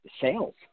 sales